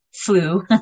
flu